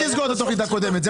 אל תסגור את התוכנית הקודמת.